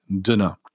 dinner